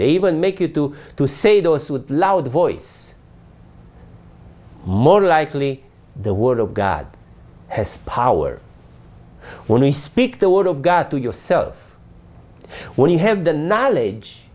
even make it to to say those with a loud voice more likely the word of god has power when you speak the word of god to yourself when you have the knowledge